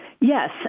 Yes